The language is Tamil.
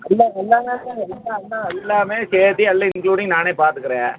எல்லாம் எல்லாம் தாங்க எல்லாம் எல்லாம் எல்லாம் சேர்த்து எல்லாம் இன்க்லூடிங் நான் பார்த்துக்குறேன்